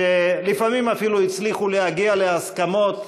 שלפעמים אפילו הצליחו להגיע להסכמות,